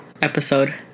episode